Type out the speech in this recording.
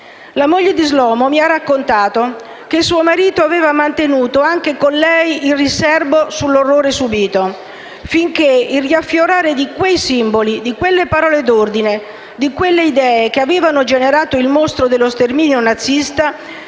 La moglie di Shlomo mi ha raccontato che suo marito aveva mantenuto anche con lei il riserbo sull'orrore subito, finché il riaffiorare di quei simboli, di quelle parole d'ordine, di quelle idee che avevano generato il mostro dello sterminio nazista